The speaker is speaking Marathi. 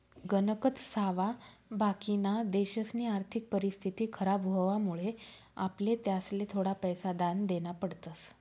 गणकच सावा बाकिना देशसनी आर्थिक परिस्थिती खराब व्हवामुळे आपले त्यासले थोडा पैसा दान देना पडतस